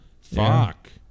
fuck